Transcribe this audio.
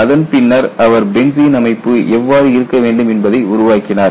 அதன் பின்னர் அவர் பென்சீன் அமைப்பு எவ்வாறு இருக்க வேண்டும் என்பதை உருவாக்கினார்